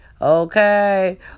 okay